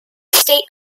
state